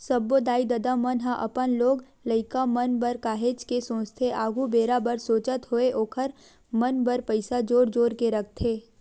सब्बो दाई ददा मन ह अपन लोग लइका मन बर काहेच के सोचथे आघु बेरा बर सोचत होय ओखर मन बर पइसा जोर जोर के रखथे